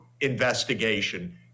investigation